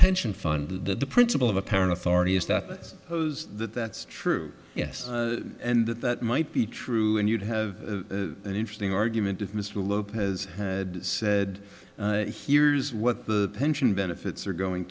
pension fund the principle of apparent authority is that those that that's true yes and that that might be true and you'd have an interesting argument if mr lopez had said he hears what the pension benefits are going